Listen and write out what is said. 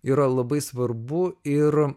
yra labai svarbu ir